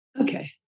Okay